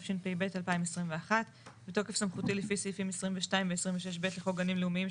התשפ"ב - 2021 בתוקף סמכותי לפי סעיפים 22 ו- 26(ב) לחוק גנים לאומיים,